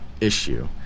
issue